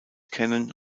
kennen